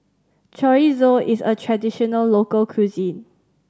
chorizo is a traditional local cuisine